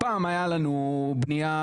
פעם הייתה לנו בנייה